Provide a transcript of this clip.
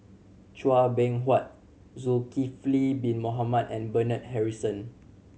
Chua Beng Huat Zulkifli Bin Mohamed and Bernard Harrison